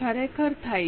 ખરેખર થાય છે